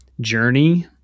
journey